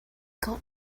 got